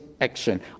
action